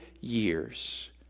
years